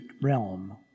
realm